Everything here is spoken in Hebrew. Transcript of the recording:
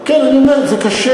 כן, אני אומר: זה קשה.